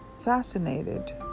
fascinated